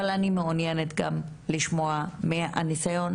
אבל אני מעוניינת גם לשמוע מהניסיון,